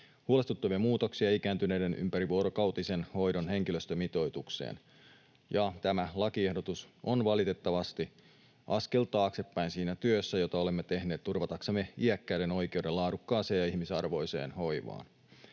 huolestuttavia muutoksia, ikääntyneiden ympärivuorokautisen hoidon henkilöstömitoitukseen. Tämä lakiehdotus on valitettavasti askel taaksepäin siinä työssä, jota olemme tehneet turvataksemme iäkkäiden oikeuden laadukkaaseen ja ihmisarvoiseen hoivaan.